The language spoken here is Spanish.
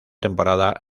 temporada